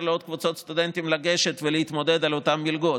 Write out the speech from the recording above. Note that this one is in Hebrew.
לעוד קבוצות סטודנטים לגשת ולהתמודד על אותן מלגות,